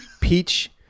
peach